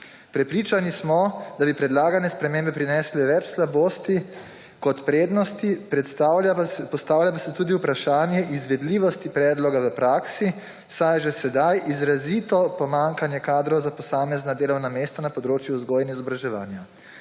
Prepričani smo, da bi predlagane spremembe prinesle več slabosti kot prednosti, postavlja pa se tudi vprašanje izvedljivosti predloga v praksi, saj je že sedaj izrazito pomanjkanje kadrov za posamezna delovna mesta na področju vzgoje in izobraževanja.